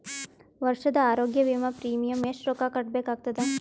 ವರ್ಷದ ಆರೋಗ್ಯ ವಿಮಾ ಪ್ರೀಮಿಯಂ ಎಷ್ಟ ರೊಕ್ಕ ಕಟ್ಟಬೇಕಾಗತದ?